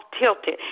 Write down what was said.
tilted